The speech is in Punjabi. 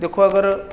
ਦੇਖੋ ਅਗਰ